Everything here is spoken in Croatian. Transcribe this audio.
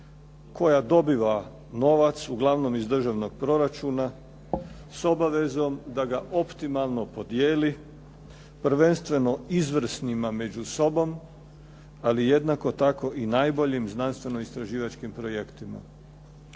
koja dobiva novac uglavnom iz državnog proračuna s obavezom da ga optimalno podijeli. Prvenstveno izvrsnima među sobom, ali jednako tako i najboljim znanstveno istraživačkim projektima.